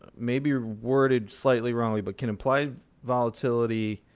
maybe worded slightly wrongly, but can implied volatility